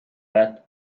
bet